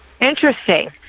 Interesting